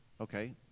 okay